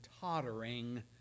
tottering